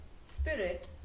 spirit